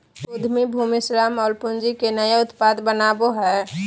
उद्यमी भूमि, श्रम और पूँजी के नया उत्पाद बनावो हइ